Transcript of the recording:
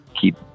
keep